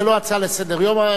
זו לא הצעה לסדר-יום.